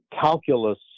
calculus